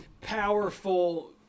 powerful